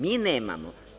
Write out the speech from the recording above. Mi nemao.